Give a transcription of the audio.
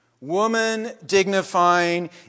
woman-dignifying